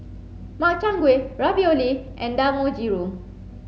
Makchang Gui Ravioli and Dangojiru